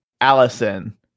Allison